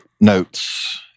notes